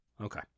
Okay